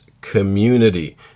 community